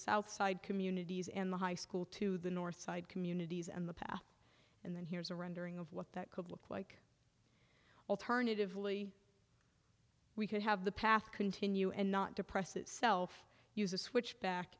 south side communities and the high school to the north side communities and the path and then here's a rendering of what that could look like alternatively we could have the path continue and not depress itself use a switch back